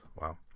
Wow